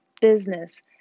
business